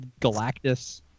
Galactus